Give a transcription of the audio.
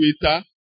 Twitter